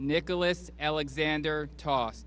nicholas l xander toss